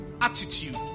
attitude